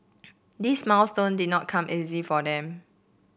this milestone did not come easy for them